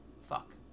Fuck